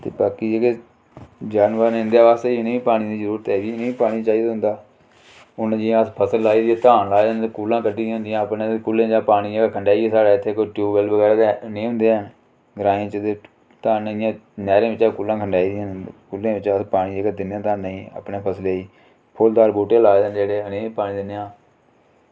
ते बाकी जेह्ड़े जानवर न जेह्ड़े इं'दे आस्तै पानियै दी जरूरत ते इ'नेंगी बी पानी चाहिदा होंदा हून जि'यां असें फसल लाई दी धान लाए दे कूह्लां कड्ढी दियां होंदियां अपने ते कूह्लें चा पानी खंडाइयै साढ़े इत्थै ते इत्थै ट्यूबवैल्ल ते नेईं होंदे हैन ग्राएं च ते इ'यां नैह्रें चा कूह्लां खंडाई दियां होंदियां ते दिन्ने आं धानें गी ते अपने फसलें ई ओह् फलदार बूह्टे लाए दे होंदे जेह्ड़े उ'नेंगी पानी दिन्ने आं